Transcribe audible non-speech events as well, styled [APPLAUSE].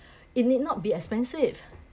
[BREATH] it need not be expensive